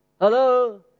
Hello